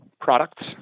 products